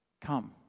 Come